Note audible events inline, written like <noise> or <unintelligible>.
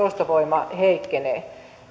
<unintelligible> ostovoima heikkenee